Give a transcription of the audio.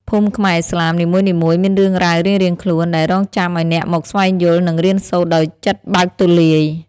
ភូមិខ្មែរឥស្លាមនីមួយៗមានរឿងរ៉ាវរៀងៗខ្លួន ដែលរង់ចាំឱ្យអ្នកមកស្វែងយល់ និងរៀនសូត្រដោយចិត្តបើកទូលាយ។